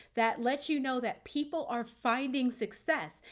that lets you know that people are finding success.